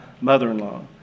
mother-in-law